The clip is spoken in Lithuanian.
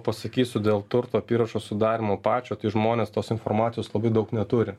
pasakysiu dėl turto apyrašo sudarymo pačio tai žmonės tos informacijos labai daug neturi